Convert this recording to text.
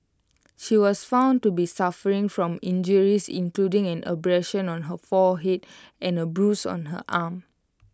she was found to be suffering from injuries including an abrasion on her forehead and A bruise on her arm